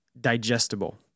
digestible